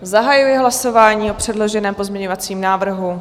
Zahajuji hlasování o předloženém pozměňovacím návrhu.